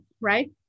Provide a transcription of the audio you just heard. right